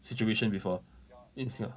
situation before in singa~